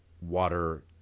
water